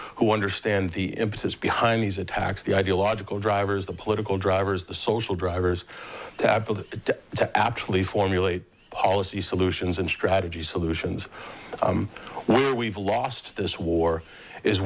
who understand the impetus behind these attacks the ideological drivers the political drivers the social drivers to actually formulate policy solutions and strategies solutions what we've lost this war is